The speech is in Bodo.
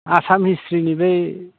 आसाम हिस्थ'रिनि बै